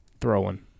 throwing